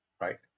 right